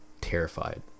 terrified